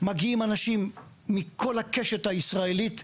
מגיעים אנשים מכל הקשת הישראלית,